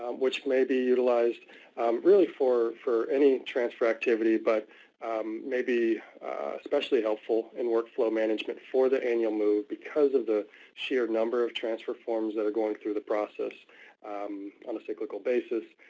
which may be utilized really for for any transfer activity, but maybe especially helpful in workflow management for the annual move because of the sheer number of transfer forms that are going through the process on a cyclical basis.